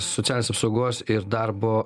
socialinės apsaugos ir darbo